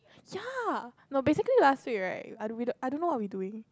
ya no basically last week right I don't know what we doing